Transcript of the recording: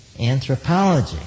anthropology